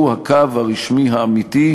שהוא הקו הרשמי האמיתי,